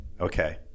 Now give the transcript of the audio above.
Okay